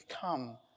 come